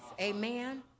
amen